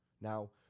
Now